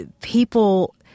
people